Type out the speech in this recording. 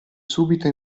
subito